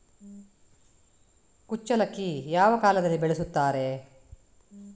ಕುಚ್ಚಲಕ್ಕಿ ಯಾವ ಕಾಲದಲ್ಲಿ ಬೆಳೆಸುತ್ತಾರೆ?